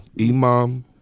Imam